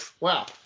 wow